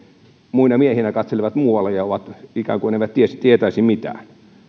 muina miehinä katselevat muualle ja ovat ikään kuin eivät tietäisi mitään